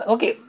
Okay